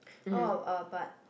orh uh but